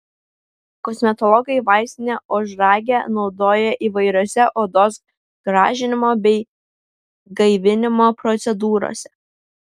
kosmetologai vaistinę ožragę naudoja įvairiose odos gražinimo bei gaivinimo procedūrose